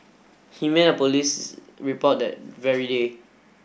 he made a police report that very day